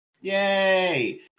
Yay